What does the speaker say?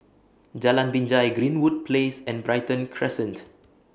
Jalan Binjai Greenwood Place and Brighton Crescent